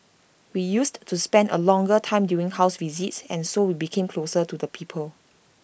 we used to spend A longer time during house visits and so we became closer to the people